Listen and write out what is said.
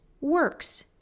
works